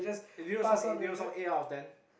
eh do you know song eight do you know the song eight out of ten